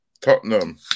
Tottenham